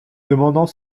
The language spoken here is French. demandant